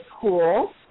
cool